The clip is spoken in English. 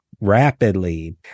rapidly